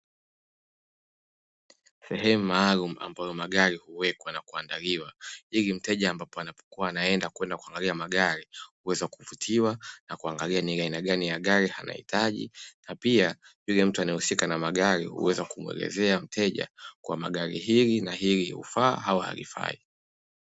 Sehemu maalumu ambayo magari huwekwa na kuandaliwa ili mteja anapoenda kuwa anaangalia magari kuweza kuvutiwa na kuangalia ni aina gari ya gari anahitaji, na pia yule mtu anaehusika na magari huweza kumuelezea mteja kwamba gari hili na hili hufaa au halifai.